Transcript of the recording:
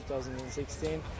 2016